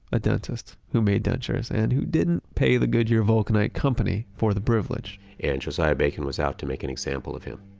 a dentist who made dentures and who didn't pay the goodyear vulcanite company for the privilege and josiah bacon was out to make an example of him.